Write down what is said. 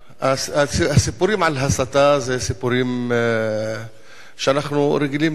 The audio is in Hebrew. הסיפורים על הסתה אלה סיפורים שאנחנו רגילים